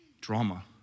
drama